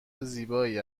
زیبایی